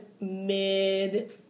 mid